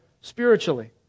spiritually